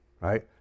right